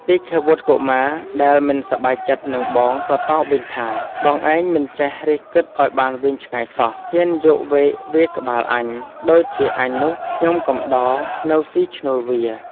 ទីឃាវុត្ត កុមារ ដែលមិនសប្បាយចិត្តនឹងបង ក៏តបវិញថា បងឯងមិនចេះរិះគិតឱ្យបានវែងឆ្ងាយសោះ ហ៊ានយកវែកវាយក្បាលអញ ដូចជាអញនោះខ្ញុំកំដរ នៅស៊ីឈ្នួលវា"។